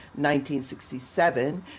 1967